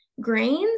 grains